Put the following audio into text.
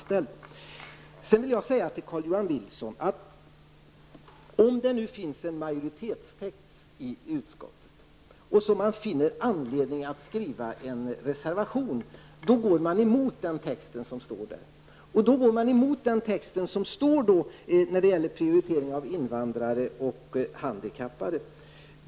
Sedan vill jag säga till Carl-Johan Wilson att om det finns en majoritetstext i utskottet och någon finner anledning att skriva en reservation, går vederbörande emot den text som finns i majoritetsskrivningen. Det innebär i det här fallet att reservanterna går emot texten om prioritering av invandrare och handikappade.